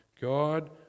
God